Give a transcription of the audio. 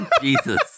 Jesus